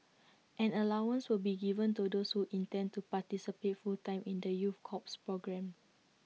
an allowance will be given to those who intend to participate full time in the youth corps programme